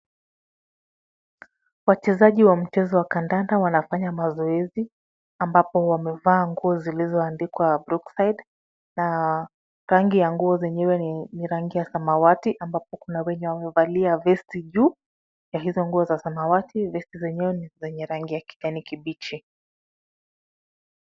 Wachezaji wa mchezo wa kandanda wanafanya mazoezi, ambapo wamevaa nguo zilizoandikwa Brookside na rangi ya nguo zenyewe ni rangi ya samawati ambapo kuna wenye wamevalia vesti juu ya hizo nguo za samawati. Vesti zenyewe ni zenye rangi ya kijani kibichi.